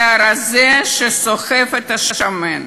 זה הרזה שסוחב את השמן.